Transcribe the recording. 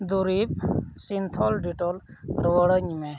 ᱫᱩᱨᱤᱵᱽ ᱥᱤᱱᱛᱷᱚᱞ ᱰᱤᱭᱩ ᱴᱮᱞᱠ ᱨᱩᱣᱟᱹᱲᱟᱹᱧᱢᱮ